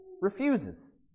refuses